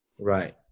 right